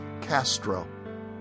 Castro